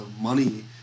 money